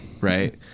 Right